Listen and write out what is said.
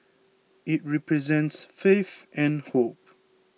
it represents faith and hope